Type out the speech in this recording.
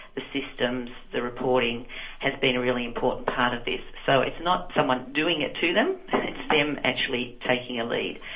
the systems, the reporting has been a really important part of this. so it's not someone doing it to them, it's them actually taking a lead.